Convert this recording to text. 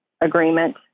agreement